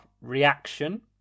reaction